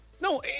no